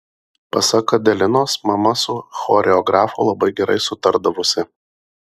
pasak adelinos mama su choreografu labai gerai sutardavusi